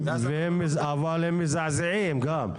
אבל הם מזעזעים גם.